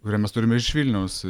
kurią mes turime iš vilniaus